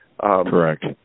Correct